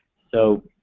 so